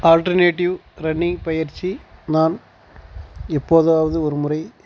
alternative running பயிற்சி நான் எப்போதாவது ஒரு முறை